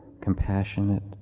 compassionate